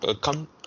Come